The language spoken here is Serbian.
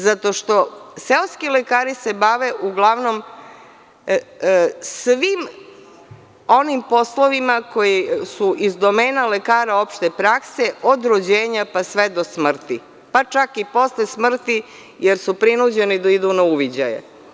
Zato što seoski lekari se bave uglavnom svim onim poslovima koji su iz domena lekara opšte prakse od rođenja pa sve do smrti, pa čak i posle smrti jer su prinuđeni da idu na uviđaje.